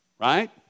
Right